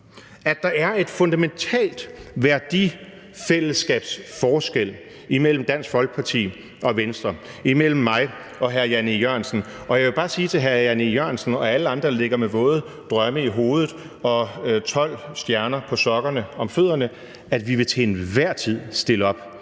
ret: Der er en fundamental værdifællesskabsforskel imellem Dansk Folkeparti og Venstre, imellem mig og hr. Jan E. Jørgensen. Og jeg vil bare sige til hr. Jan E. Jørgensen og alle andre, der ligger med våde drømme i hovedet og 12 stjerner på sokkerne om fødderne, at vi til enhver tid vil stille op,